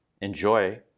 enjoy